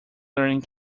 learning